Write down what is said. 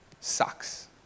sucks